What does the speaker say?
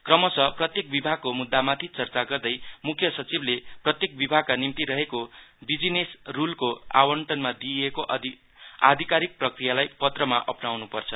क्रमश प्रत्येक विभागको मुद्दामाथि चर्चा गर्दै मुख्य सचिवले प्रत्येक विभागका निम्ति रहेको विजिनेस रुलको आवन्टनमा दिइएको आधिकारीक प्रक्रियालाई पत्रमा अपनाउनु पर्छ